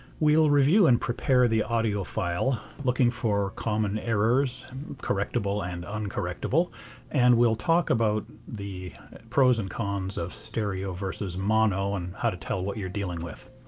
we'll review and prepare the audio file looking for common errors correctable and uncorrectable and we'll talk about the pros and cons of stereo versus mono and how to tell what you're dealing with.